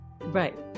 Right